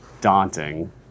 daunting